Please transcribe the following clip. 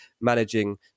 managing